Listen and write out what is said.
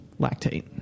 lactate